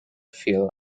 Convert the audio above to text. feel